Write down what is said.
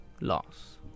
Loss